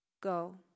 Go